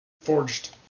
Forged